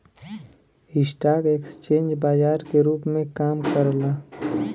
stock exchange बाजार के रूप में काम करला